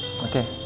okay